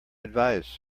advise